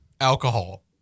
Alcohol